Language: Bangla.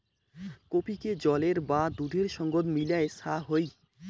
কফিকে জলের বা দুধের সঙ্গত মিলায় ছা হই